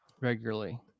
regularly